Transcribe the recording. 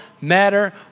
matter